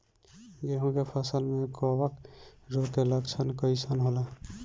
गेहूं के फसल में कवक रोग के लक्षण कइसन होला?